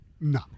No